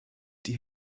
die